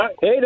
Hey